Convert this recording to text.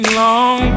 long